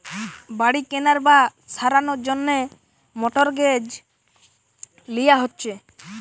বাড়ি কেনার বা সারানোর জন্যে মর্টগেজ লিয়া হচ্ছে